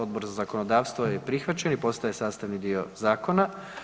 Odbora za zakonodavstvo je prihvaćen i postaje sastavni dio zakona.